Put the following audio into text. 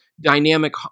dynamic